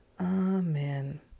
Amen